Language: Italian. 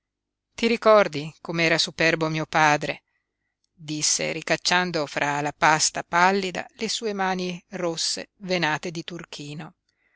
ti ricordi com'era superbo mio padre disse ricacciando fra la pasta pallida le sue mani rosse venate di turchino